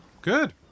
Good